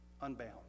Unbound